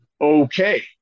okay